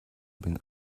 been